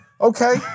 Okay